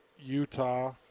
Utah